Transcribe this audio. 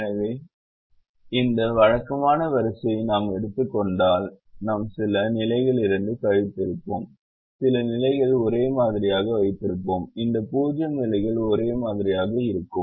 எனவே இந்த வழக்கமான வரிசையை நாம் எடுத்துக் கொண்டால் நாம் சில நிலைகளிலிருந்து கழித்திருப்போம் சில நிலைகளை ஒரே மாதிரியாக வைத்திருப்போம் இந்த 0 நிலைகளும் ஒரே மாதிரியாக இருக்கும்